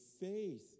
faith